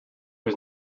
was